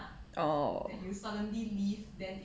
oh